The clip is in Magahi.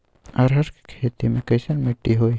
अरहर के खेती मे कैसन मिट्टी होइ?